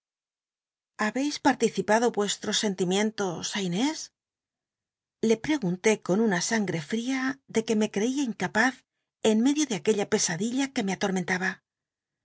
participado vuestros sentimientos ú inés le pregunté con una sange rl'ia de que me eia incapaz en medio de aquella pesadilla que me